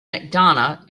mcdonough